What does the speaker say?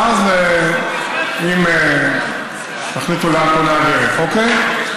ואז תחליטו לאן עולה הדרך, אוקיי?